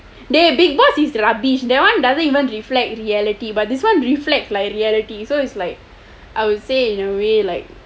big boss is rubbish that one doesn't even reflect reality but this one reflect like reality like I would say in a way like